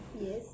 Yes